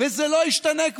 וזה כבר לא ישתנה.